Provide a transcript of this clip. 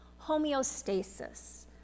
homeostasis